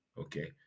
Okay